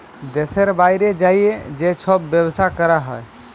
দ্যাশের বাইরে যাঁয়ে যে ছব ব্যবছা ক্যরা হ্যয়